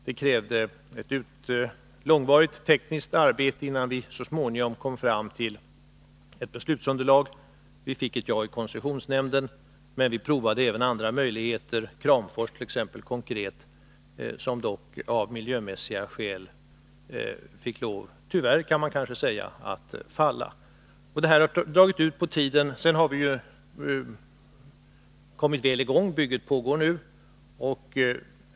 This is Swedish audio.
Det krävdes ett långvarigt tekniskt arbete, innan vi så småningom kom fram till ett beslutsunderlag. Vi fick ett ja i koncessionsnämnden, men vi provade även andra möjligheter, t.ex. Kramfors som dock av miljömässiga skäl — tyvärr kan man kanske säga — fick lov att falla. Det har dragit ut på tiden. Sedan har projektet kommit i gång, bygget pågår f. n.